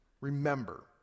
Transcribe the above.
remember